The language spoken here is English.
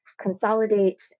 consolidate